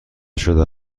شده